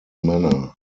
manner